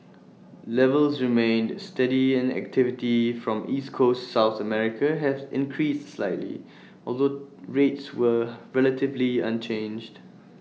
levels remained steady and activity from East Coast south America has increased slightly although rates were relatively unchanged